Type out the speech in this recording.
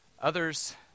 Others